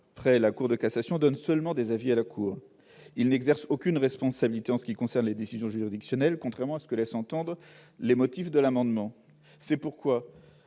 près la Cour de cassation donne seulement des avis à la Cour, sans exercer aucune responsabilité en ce qui concerne les décisions juridictionnelles, contrairement à ce que laisse entendre l'exposé des motifs de l'amendement. C'est pourquoi,